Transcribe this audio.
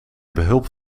behulp